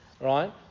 right